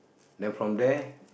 then from there